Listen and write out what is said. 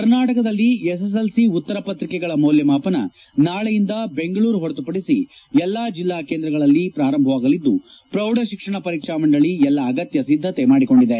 ಕರ್ನಾಟಕದಲ್ಲಿ ಎಸ್ಎಸ್ಎಲ್ಸಿ ಉತ್ತರಪತ್ರಿಕೆಗಳ ಮೌಲ್ಲಮಾಪನ ನಾಳೆಯಿಂದ ಬೆಂಗಳೂರು ಹೊರತುಪಡಿಸಿ ಎಲ್ಲಾ ಜಿಲ್ಲಾ ಕೇಂದ್ರಗಳಲ್ಲಿ ಪ್ರಾರಂಭವಾಗಲಿದ್ಲು ಪ್ರೌಢ ಶಿಕ್ಷಣ ಪರೀಕ್ಷಾ ಮಂಡಳಿ ಎಲ್ಲಾ ಅಗತ್ತ ಸಿದ್ಲತೆ ಮಾಡಿಕೊಂಡಿದೆ